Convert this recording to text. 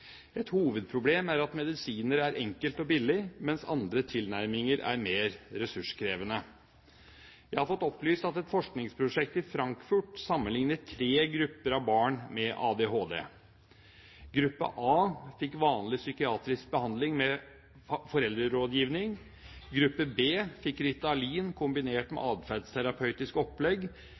Et hovedproblem er at medisiner er enkelt og billig, mens andre tilnærminger er mer ressurskrevende. Jeg har fått opplyst at et forskningsprosjekt i Frankfurt sammenlikner tre grupper av barn med ADHD. Gruppe A fikk vanlig psykiatrisk behandling med foreldrerådgivning. Gruppe B fikk Ritalin kombinert med atferdsterapeutisk opplegg.